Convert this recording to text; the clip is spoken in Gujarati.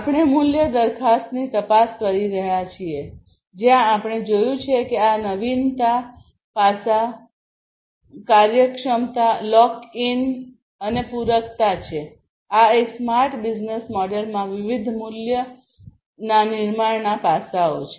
આપણે મૂલ્ય દરખાસ્તની તપાસ કરી રહ્યા છીએ જ્યાં આપણે જોયું છે કે આ નવીનતા પાસા કાર્યક્ષમતા લોક ઇન અને પૂરકતા છે આ એક સ્માર્ટ બિઝનેસ મોડેલમાં વિવિધ મૂલ્ય નિર્માણ પાસાઓ છે